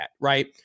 right